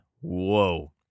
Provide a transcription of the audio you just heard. Whoa